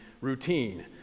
routine